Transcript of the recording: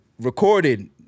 recorded